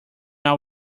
our